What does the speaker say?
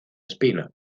espino